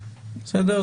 בסדר?